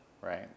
right